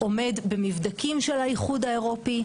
עומד במבדקים של האיחוד האירופי.